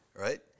right